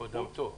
קודמתו.